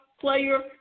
player